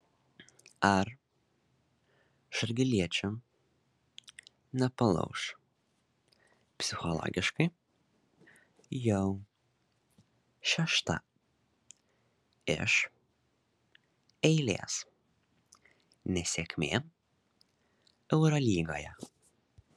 ar žalgiriečių nepalauš psichologiškai jau šešta iš eilės nesėkmė eurolygoje